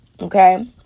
okay